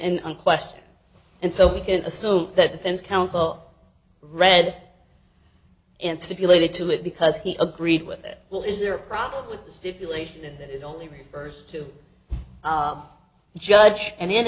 one question and so we can assume that defense counsel read and stipulated to it because he agreed with it will is there a problem with the stipulation that it only refers to the judge and in